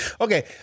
Okay